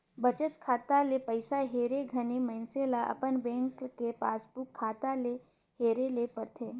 बचत खाता ले पइसा हेरे घरी मइनसे ल अपन बेंक के पासबुक खाता ले हेरे बर परथे